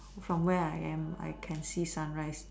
from where I'm I can see sunrise